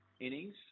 innings